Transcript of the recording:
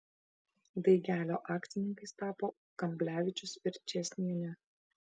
daigelio akcininkais tapo kamblevičius ir čėsnienė